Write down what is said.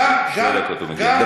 שתי דקות, הוא מגיע.